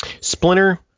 Splinter